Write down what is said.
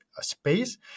space